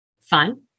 fun